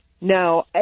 No